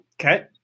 Okay